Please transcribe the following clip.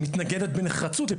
מתנגדת בנחרצות.